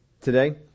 today